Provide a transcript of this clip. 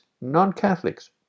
non-Catholics